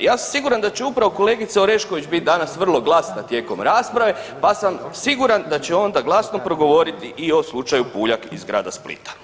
Ja sam siguran da će upravo kolegica Orešković biti danas vrlo glasna tijekom rasprave pa sam siguran da će onda glasno progovoriti i o slučaju Puljak iz grada Splita.